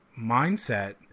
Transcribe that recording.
mindset